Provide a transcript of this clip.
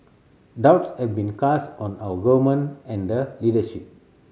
doubts have been cast on our Government and the leadership